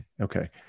okay